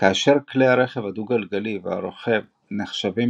כאשר כלי הרכב הדו גלגלי והרוכב נחשבים